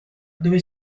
dove